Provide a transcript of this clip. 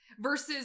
Versus